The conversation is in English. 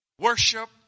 Worship